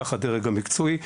כך הדרג המקצועי,